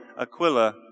Aquila